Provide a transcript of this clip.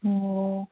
ꯑꯣ